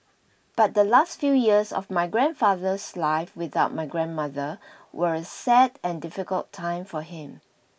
but the last few years of my grandfather's life without my grandmother were a sad and difficult time for him